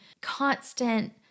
constant